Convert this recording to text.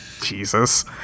Jesus